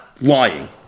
lying